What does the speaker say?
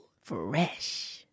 Fresh